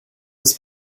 des